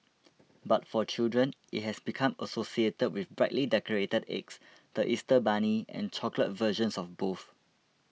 but for children it has become associated with brightly decorated eggs the Easter bunny and chocolate versions of both